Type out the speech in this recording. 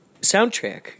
soundtrack